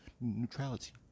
Neutrality